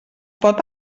pot